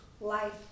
life